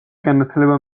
განათლება